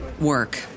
work